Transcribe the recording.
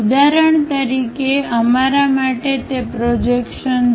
ઉદાહરણ તરીકે અમારા માટે તે પ્રોજેક્શન દોરો